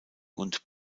und